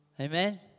Amen